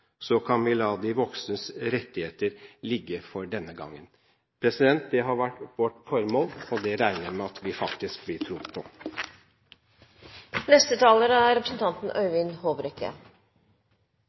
Så kan vi la de voksnes rettigheter ligge for denne gangen.» Det har vært vårt formål, og det regner vi med at vi faktisk blir trodd på. Det er